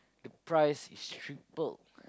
the price is tripled